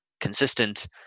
consistent